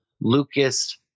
Lucas